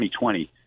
2020